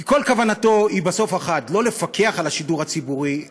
כי כל כוונתו היא בסוף אחת: לא לפקח על השידור הציבורי,